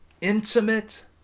intimate